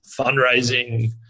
fundraising